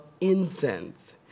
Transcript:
incense